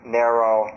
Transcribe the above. narrow